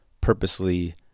purposely